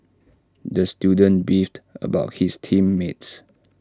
the student beefed about his team mates